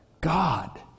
God